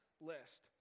list